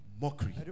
mockery